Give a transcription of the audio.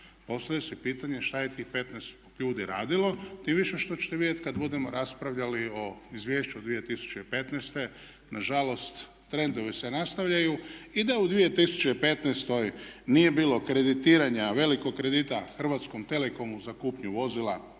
Postavlja se pitanje šta je tih 15 ljudi radilo, tim više što ćete vidjeti kad budemo raspravljali o izvješću 2015. na žalost trendovi se nastavljaju i da u 2015. nije bilo kreditiranja, velikog kredita Hrvatskom telekomu za kupnju vozila,